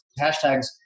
hashtags